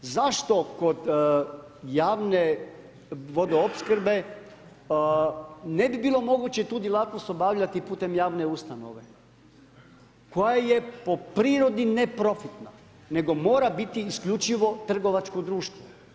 Zašto kod javne vodoopskrbe, ne bi bilo moguće tu djelatnost obavljati putem javne ustanove, koja je po prirodi neprofitna, nego mora biti isključivo trgovačko društvo?